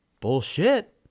bullshit